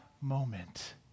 moment